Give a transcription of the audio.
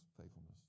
faithfulness